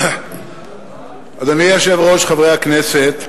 אדוני היושב-ראש, חברי הכנסת,